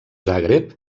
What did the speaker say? zagreb